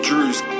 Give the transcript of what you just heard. Drew's